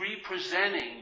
representing